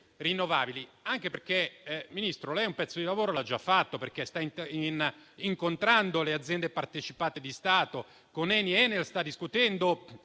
rinnovabili. Signor Ministro, un pezzo di lavoro lei lo ha già fatto, perché sta incontrando le aziende partecipate di Stato; con Eni ed Enel sta discutendo